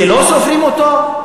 זה לא סופרים אותו?